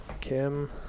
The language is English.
Kim